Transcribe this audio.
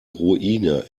ruine